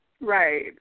Right